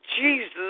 Jesus